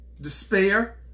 Despair